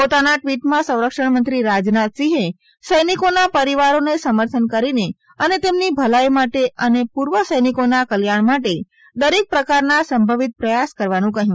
પોતાના ટવીટમાં સંરક્ષણ મંત્રી રાજનાથ સિંહે સૈનિકોના પરીવારોને સમર્થન કરીને અને તેમની ભલાઇ માટે અને પુર્વ સૈનિકોના કલ્યાણ માટે દરેક પ્રકારના સંભવિત પ્રયાસ કરવાનું કહ્યું